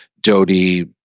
Dodie